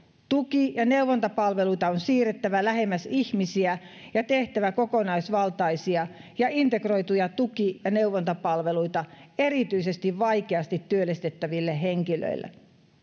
tuki ja neuvontapalveluita on siirrettävä lähemmäs ihmisiä ja on tehtävä kokonaisvaltaisia ja integroituja tuki ja neuvontapalveluita erityisesti vaikeasti työllistettäville henkilöille